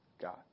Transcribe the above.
God